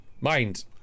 mind